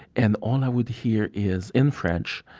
and all i would here is, in french,